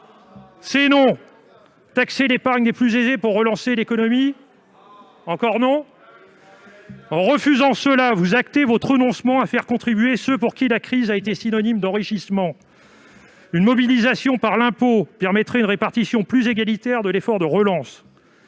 C'est non ! Taxer l'épargne des plus aisés pour relancer l'économie ? Encore non ! En refusant cela, vous actez votre renoncement à faire contribuer ceux pour qui la crise a été synonyme d'enrichissement. Une mobilisation par l'impôt permettrait d'instaurer une répartition plus égalitaire de l'effort de relance.